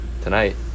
Tonight